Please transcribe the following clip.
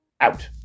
out